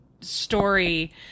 story